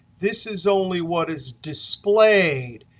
this is only what is displayed.